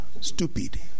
stupid